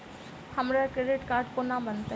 हमरा credit card कोना बनतै?